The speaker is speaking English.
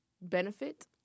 benefit